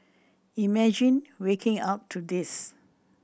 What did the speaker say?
imagine waking up to this